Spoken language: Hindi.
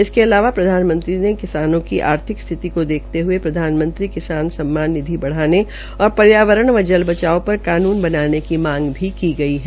इसके अलावा प्रधानमंत्री किसानों की आर्थिक स्थिति का देखते हये प्रधानमंत्री किसान सम्मान निधि बढ़ाने और पर्यावरण व जल बचाओं पर कानून बनाने की मांग भी की गई है